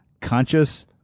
conscious